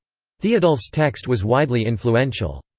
theodulf's text was widely influential.